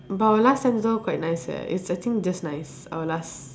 but our last sem also quite nice eh it's I think just nice our last